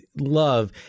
love